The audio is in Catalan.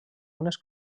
unes